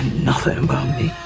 nothing about me.